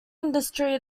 industry